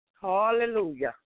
Hallelujah